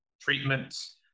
treatments